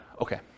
Okay